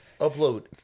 upload